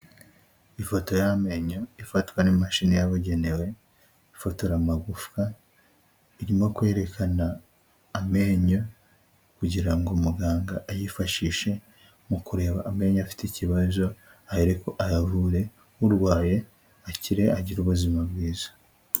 Ifoto y'amenyo ifatwa n'imashini yababugenewe ifotora amagufwa, irimo kwerekana amenyo kugirango ngo muganga ayifashishe mu kureba amenyo afite ikibazo ahereko ayavure urwaye akire agira ubuzima bwiza.